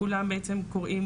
כולם בעצם קוראים,